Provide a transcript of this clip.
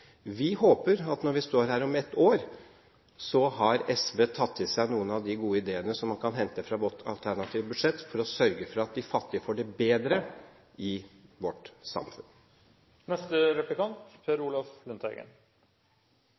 Vi håper at når vi står her om ett år, har SV tatt til seg noen av de gode ideene som man kan hente fra vårt alternative budsjett, for å sørge for at de fattige får det bedre i vårt